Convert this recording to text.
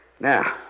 Now